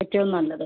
ഏറ്റവുമ നല്ലത്